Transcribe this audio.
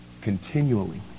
continually